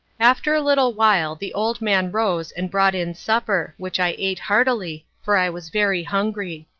after a little while the old man rose and brought in supper, which i ate heartily, for i was very hungry.